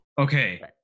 Okay